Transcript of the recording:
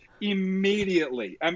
immediately